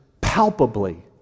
palpably